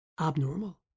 abnormal